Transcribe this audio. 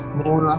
more